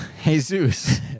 Jesus